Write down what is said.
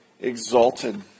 exalted